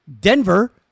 Denver